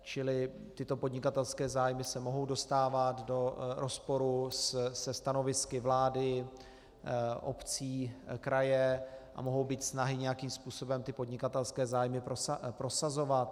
Čili tyto podnikatelské zájmy se mohou dostávat do rozporu se stanovisky vlády, obcí, kraje a mohou být snahy nějakým způsobem podnikatelské zájmy prosazovat.